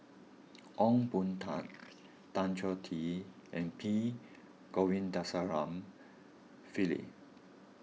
Ong Boon Tat Tan Choh Tee and P Govindasamy Pillai